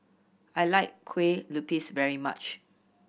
I like kue lupis very much